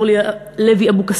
לחברת הכנסת אורלי לוי אבקסיס,